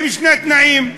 עם שני תנאים: